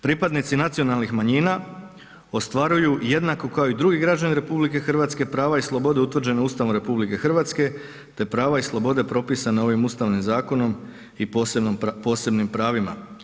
Pripadnici nacionalnih manjina ostvaruju jednako kao i drugi građani RH prava i slobode utvrđeno Ustavom RH te prava i slobode propisane ovim ustavnim zakonom i posebnim pravima.